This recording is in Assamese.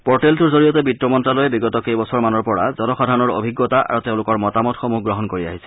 পৰ্টেলটোৰ জৰিয়তে বিত্তমন্ত্যালয়ে বিগত কেইবছৰ মানৰ পৰা জনসাধাৰণৰ অভিজ্ঞতা আৰু তেওঁলোকৰ মতামতসমূহ গ্ৰহণ কৰি আহিছে